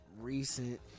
recent